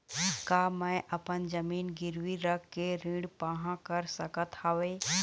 का मैं अपन जमीन गिरवी रख के ऋण पाहां कर सकत हावे?